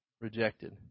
rejected